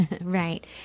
Right